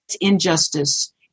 injustice